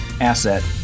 asset